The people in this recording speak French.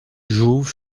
jouve